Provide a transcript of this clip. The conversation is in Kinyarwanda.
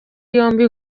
yombi